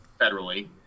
federally